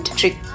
trick